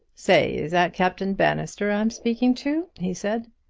say, is that captain bannister i am speaking to? he said.